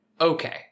Okay